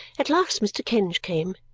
at last mr. kenge came.